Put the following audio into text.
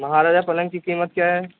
مہاراجہ پلنگ کی قیمت کیا ہے